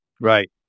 Right